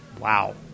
Wow